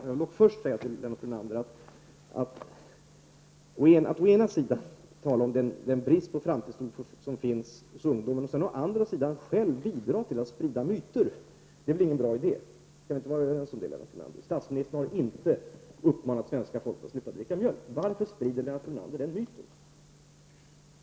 Jag vill dock säga till Lennart Brunander: Att å ena sidan tala om den brist på framtidstro som finns hos ungdomen, och å andra sidan själv bidra till att sprida myter — det är ingen bra idé. Kan vi inte vara överens om det, Lennart Brunander? Statsministern har inte uppmanat svenska folket att sluta dricka mjölk — varför sprider Lennart Brunander den myten?